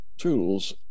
tools